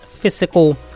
physical